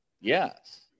Yes